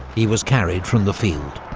he was carried from the field.